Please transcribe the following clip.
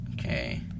Okay